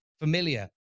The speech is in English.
familiar